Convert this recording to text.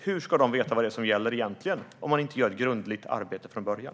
Hur ska de veta vad det är som gäller egentligen om man inte gör ett grundligt arbete från början?